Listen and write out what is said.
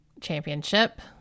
Championship